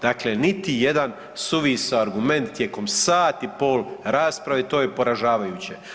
Dakle, niti jedan suvisao argument tijekom sat i pol rasprave, to je poražavajuće.